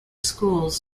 schools